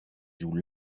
joues